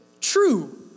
true